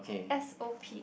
s_o_p